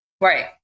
Right